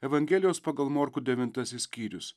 evangelijos pagal morkų devintasis skyrius